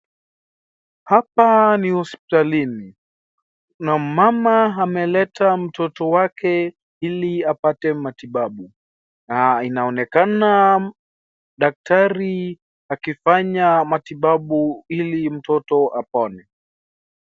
Hapa ni hospitalini na mmama ameleta mtoto wake ili apate matibabu na inaonekana daktari akifanya matibabu ili mtoto apone.